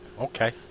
Okay